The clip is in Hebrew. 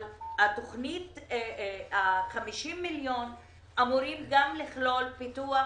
אבל ה-50 מיליון אמורים לכלול גם פיתוח